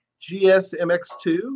GSMX2